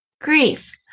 Grief